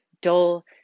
dull